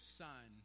son